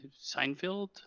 Seinfeld